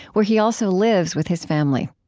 where he also lives with his family